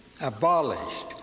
abolished